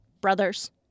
brothers